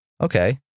Okay